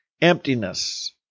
emptiness